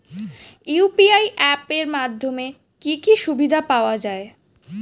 UPI app এর মাধ্যমে কি কি সুবিধা পাওয়া যায়?